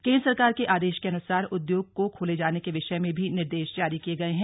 केंद्र सरकार के आदेश के अन्सार उदयोगों को खोले जाने के विषय में भी निर्देश जारी किये गए हैं